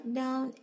down